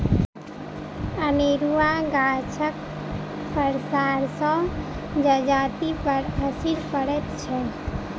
अनेरूआ गाछक पसारसँ जजातिपर असरि पड़ैत छै